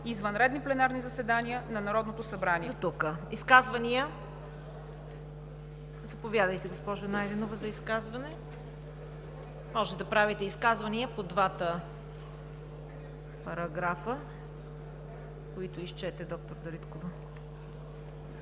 извънредни пленарни заседания на Народното събрание.“